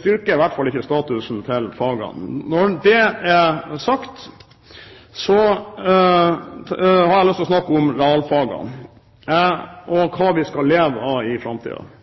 styrker i hvert fall ikke statusen til fagene. Når det er sagt, har jeg lyst til å snakke om realfagene og hva vi skal leve av i